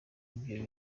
ibyo